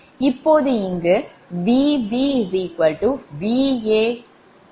இப்போது இங்கு Vb Va∠120°